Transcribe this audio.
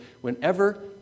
whenever